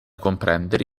comprendere